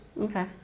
Okay